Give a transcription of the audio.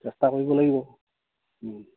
চেষ্টা কৰিব লাগিব